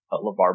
LeVar